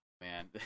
Man